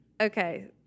Okay